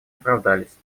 оправдались